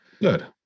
good